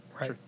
Right